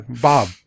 Bob